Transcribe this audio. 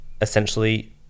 essentially